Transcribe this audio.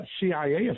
CIA